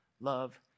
Love